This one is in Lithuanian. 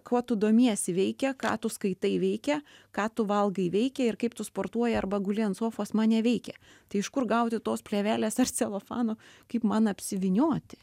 kuo tu domiesi veikia ką tu skaitai veikia ką tu valgai veikia ir kaip tu sportuoji arba guli ant sofos mane veikia tai iš kur gauti tos plėvelės ar celofano kaip man apsivynioti